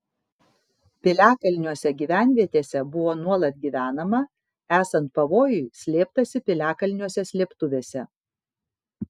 piliakalniuose gyvenvietėse buvo nuolat gyvenama esant pavojui slėptasi piliakalniuose slėptuvėse